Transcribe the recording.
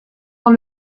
dans